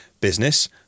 Business